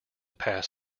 pass